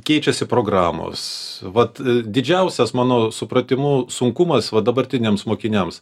keičiasi programos vat didžiausias mano supratimu sunkumas va dabartiniams mokiniams